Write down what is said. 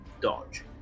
dodge